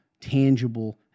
tangible